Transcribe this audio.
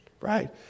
right